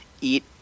eat